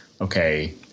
okay